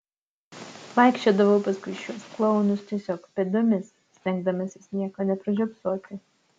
vaikščiodavau paskui šiuos klounus tiesiog pėdomis stengdamasis nieko nepražiopsoti